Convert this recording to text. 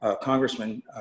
Congressman